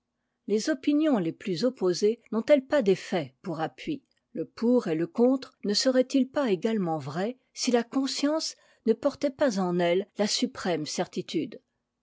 les opinions les plus opposées n'ont-elles pas des faits pour appui le pour et le contre ne seraient-ils pas également vrais si la conscience ne portait pas en elle la suprême certitude